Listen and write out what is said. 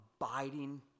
abiding